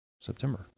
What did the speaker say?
September